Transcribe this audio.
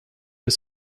was